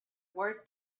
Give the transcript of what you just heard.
wars